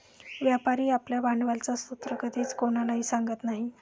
व्यापारी आपल्या भांडवलाचा स्रोत कधीच कोणालाही सांगत नाही